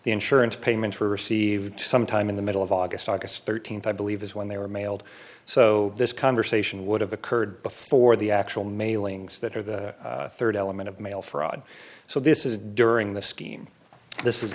the insurance payments were received sometime in the middle of august august thirteenth i believe is when they were mailed so this conversation would have occurred before the actual mailings that or the third element of mail fraud so this is during the scheme this